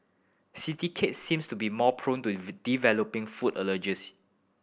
city kids seems to be more prone to developing food allergies